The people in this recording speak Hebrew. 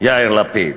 יאיר לפיד.